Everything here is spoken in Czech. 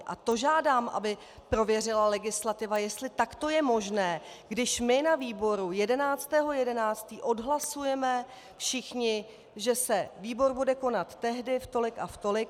A to žádám, aby prověřila legislativa, jestli takto je možné, když my na výboru 11. 11. odhlasujeme všichni, že se výbor bude konat tehdy v tolik a v tolik.